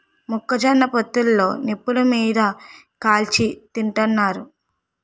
మొక్క జొన్న పొత్తులు నిప్పులు మీది కాల్చి తింతన్నారు